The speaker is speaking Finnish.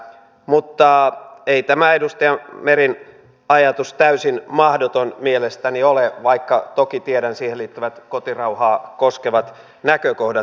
mutta ei tämä edustaja meren ajatus täysin mahdoton mielestäni ole vaikka toki tiedän siihen liittyvät kotirauhaa koskevat näkökohdat